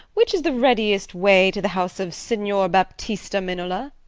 which is the readiest way to the house of signior baptista minola?